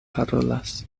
parolas